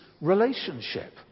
relationship